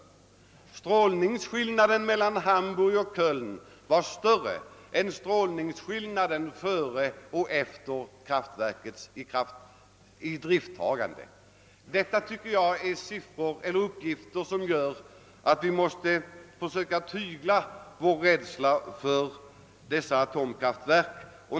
Strålningsskillnaden mellan Hamburg och Köln var alltså större än strålningsskillnaden före och efter kraftverkets idrifttagande. Detta är uppgifter som gör att vi måste tygla vår rädsla för dessa atomkraftverk.